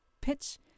Pitch